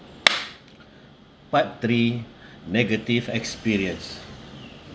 part three negative experience